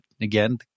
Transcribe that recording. again